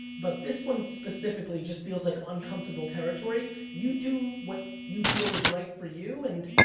but this one specifically just feels like uncomfortable territory. you do what you feel is right for you. and